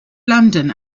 london